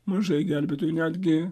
mažai gelbėtojų netgi